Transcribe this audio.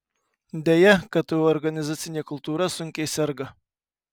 deja ktu organizacinė kultūra sunkiai serga